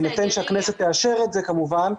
-- בהינתן שהכנסת תאשר את זה, כמובן,